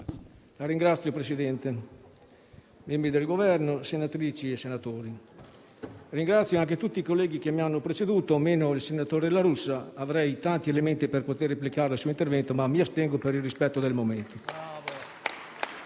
Signor Presidente, membri del Governo, senatrici e senatori, ringrazio tutti i colleghi che mi hanno preceduto, a eccezione del senatore La Russa. Avrei tanti elementi per replicare al suo intervento, ma mi astengo per il rispetto del momento.